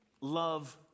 love